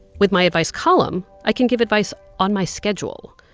with my advice column, i can give advice on my schedule.